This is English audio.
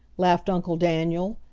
laughed uncle daniel,